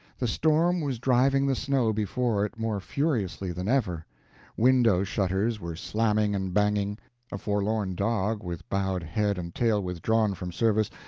the storm was driving the snow before it more furiously than ever window-shutters were slamming and banging a forlorn dog, with bowed head and tail withdrawn from service,